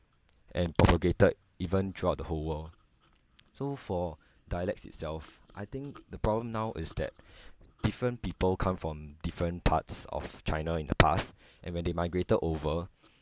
and propagated even throughout the whole world so for dialects itself I think the problem now is that different people come from different parts of china in the past and when they migrated over